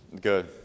Good